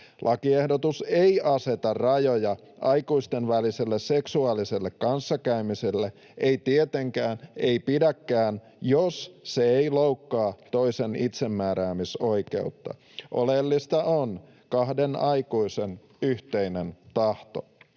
Lakiehdotus ei aseta rajoja aikuisten väliselle seksuaaliselle kanssakäymiselle — ei tietenkään, ei pidäkään — jos se ei loukkaa toisen itsemääräämisoikeutta. Oleellista on kahden aikuisen yhteinen tahto.